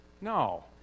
No